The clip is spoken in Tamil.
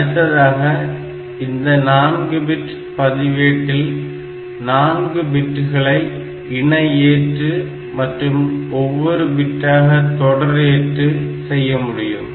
அடுத்ததாக இந்த 4 பிட் பதிவேட்டில் நான்கு பிட்களை இணை ஏற்று மற்றும் ஒவ்வொரு பிட்டாக தொடர் ஏற்று செய்ய முடியும்